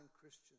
Christian